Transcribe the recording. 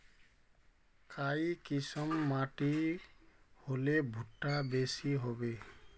काई किसम माटी होले भुट्टा बेसी होबे?